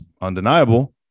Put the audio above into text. undeniable